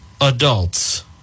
adults